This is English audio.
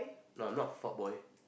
no I'm not for boy